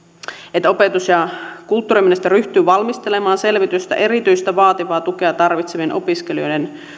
että opetus ja kulttuuriministeriö ryhtyy valmistelemaan selvitystä erityistä vaativaa tukea tarvitsevien opiskelijoiden